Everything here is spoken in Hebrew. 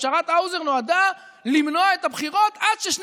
פשרת האוזר נועדה למנוע את הבחירות עד ששני